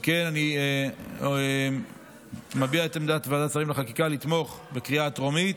אני מביע את עמדת ועדת שרים לחקיקה לתמוך בקריאה טרומית,